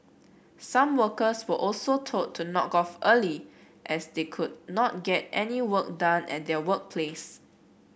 some workers were also told to knock off early as they could not get any work done at their workplace